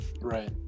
right